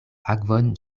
akvon